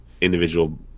individual